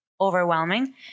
overwhelming